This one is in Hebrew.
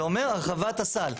זה אומר הרחבת הסל.